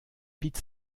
pete